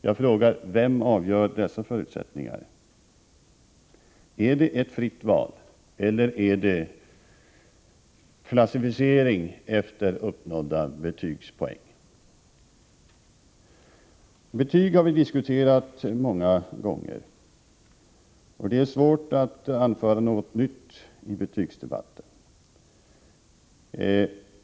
Jag vill fråga: Vem avgör vilka dessa förutsättningar är? Är det ett fritt val eller är det klassificering efter uppnådda betygspoäng? Betygen har vi diskuterat många gånger, och det är svårt att tillföra något nytt i betygsdebatten.